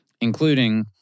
including